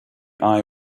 eye